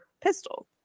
pistol